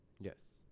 Yes